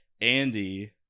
Andy